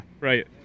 right